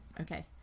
Okay